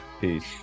Peace